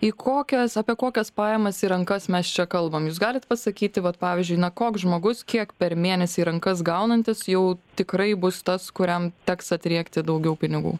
į kokias apie kokias pajamas į rankas mes čia kalbam jūs galit pasakyti vat pavyzdžiui na koks žmogus kiek per mėnesį į rankas gaunantis jau tikrai bus tas kuriam teks atriekti daugiau pinigų